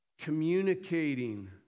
communicating